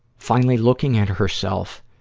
finally looking at herself